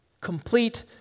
complete